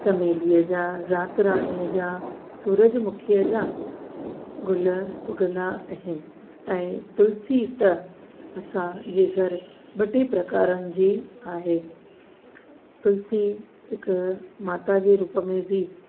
चमेलीअ जा राति राणीअ जा सूरज मुखीअ जा गुल उघंदा आहिनि ऐं तुलसी त असांजे घरु ॿ टे प्रकारनि जी आहे तुलसी हिक माता जे रूप में बि